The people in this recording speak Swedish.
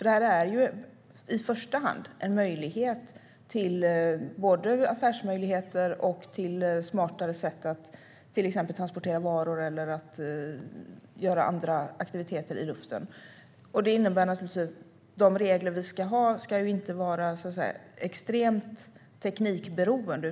Detta är nämligen i första hand en möjlighet till affärer och till smartare sätt att till exempel transportera varor eller att göra andra aktiviteter i luften. Detta innebär naturligtvis att de regler som vi ska ha inte ska vara extremt teknikberoende.